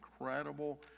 incredible